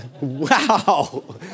wow